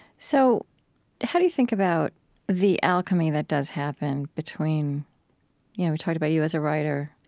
so how do you think about the alchemy that does happen between you know we talked about you as a writer,